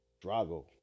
Drago